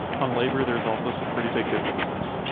on labor there's also some pretty big differences,